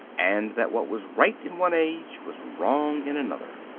and that what was right in one age was wrong in another.